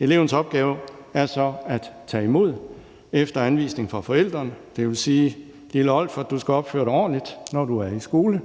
Elevens opgave er så at tage imod efter anvisning fra forældrene. Det vil sige, at du, lille Olfert, skal opføre dig ordentligt, når du er i skole.